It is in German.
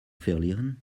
verlieren